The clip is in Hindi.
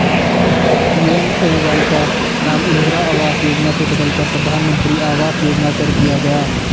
पी.एम.ए.वाई का नाम इंदिरा आवास योजना से बदलकर प्रधानमंत्री आवास योजना कर दिया गया